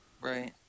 Right